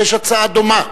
כי יש הצעה דומה,